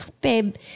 Babe